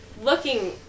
looking